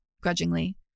grudgingly